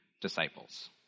disciples